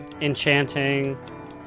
Enchanting